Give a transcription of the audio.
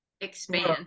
expands